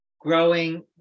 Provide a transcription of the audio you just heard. growing